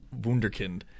wunderkind